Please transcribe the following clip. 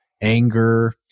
anger